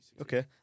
Okay